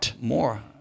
more